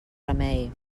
remei